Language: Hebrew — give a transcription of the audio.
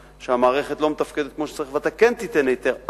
שהמערכת לא מתפקדת כמו שצריך ואתה כן תיתן היתר.